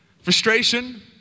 frustration